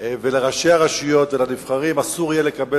ולראשי הרשויות ולנבחרים אסור יהיה לקבל